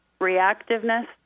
reactiveness